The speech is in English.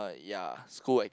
ya school acti~